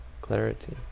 clarity